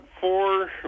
four